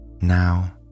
Now